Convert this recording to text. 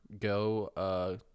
Go